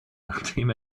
nachdem